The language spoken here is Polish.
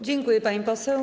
Dziękuję, pani poseł.